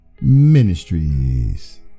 ministries